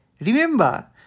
Remember